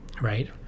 right